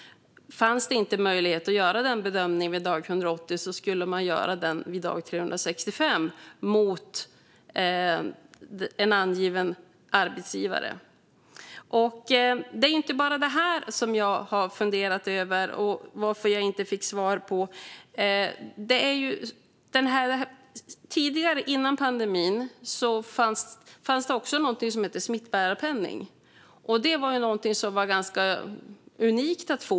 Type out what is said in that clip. Fanns det inte möjlighet att göra denna bedömning vid dag 180 skulle man göra den vid dag 365 mot en angiven arbetsgivare. Det är inte bara detta som jag har funderat över varför jag inte har fått svar på. Tidigare, före pandemin, fanns det också någonting som hette smittbärarpenning. Det var någonting som var ganska unikt att få.